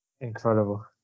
Incredible